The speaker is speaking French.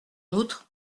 outre